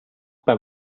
beim